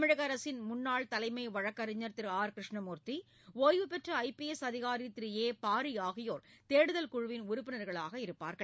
தமிழக அரசின் முன்னாள் தலைமை வழக்கறிஞர் திரு ஆர் கிருஷ்ணமூர்த்தி ஓய்வுபெற்ற ஐ பி எஸ் அதிகாரி திரு ஏ பாரி ஆகியோர் தேடுதல் குழுவின் உறுப்பினர்களாக இருப்பார்கள்